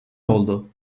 oldu